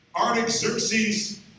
Artaxerxes